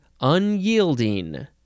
unyielding